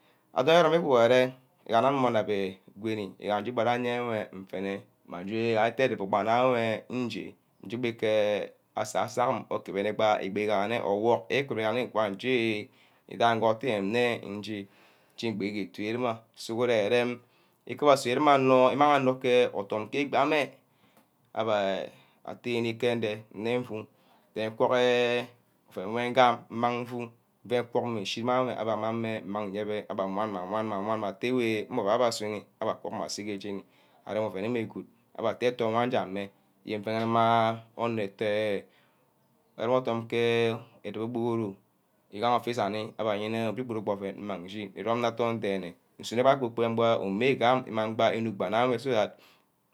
Adorn ero-rome iguhure igaha anum meh ankr beh gweni, igaga nne njeba enwe nfene bang nje aduck bah nna enwe nje, nje beh ke asa-sagum ukobniba bigaha nne owr ikugaha-nne nje igaha nte nne nje, nje ke egbi otu rimah sughuren irem ikuboshi imang onor ke odum ke egbj ameh abbeh attene ke ndeh nne nfu, den kwahe ouen weh ngam mmang nfu gee kwog meh nshi, abbeh amang meh mmang nyebeh abbeh awan meh awan meh, awan meh atteh mmeh ouen abbeh asunor abeh agwor idaigi wor, irang wu mah, gbe kuba iromi wor kubor abe, iuai wor je aneh gen, aje gbe afu, afsme gbeh unor gwoni inimeh gba ake efia mi-nni-nni aje imang eh uuen onor agad wor amang wor areme wor abug ke eka, abi wor, ashi aniwor idam ke nyoi, nna wer inebbi mmusu igaha nne ari kerri mmeh apapa, mmeh asasoh aked mmeh aka ka awor ke ren, inegi gaha nne ayibi ouen onor, ebu iyene, edubor iyene ke arene ga aket mmeh anor abbeh inebbi